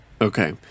Okay